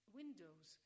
windows